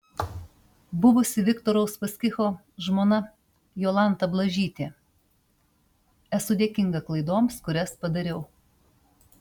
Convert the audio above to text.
buvusi viktoro uspaskicho žmona jolanta blažytė esu dėkinga klaidoms kurias padariau